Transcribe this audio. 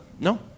no